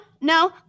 no